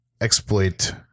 Exploit